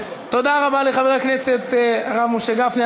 תודה רבה לחבר הכנסת הרב משה גפני.